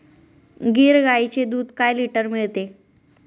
गीर गाईचे दूध काय लिटर मिळते?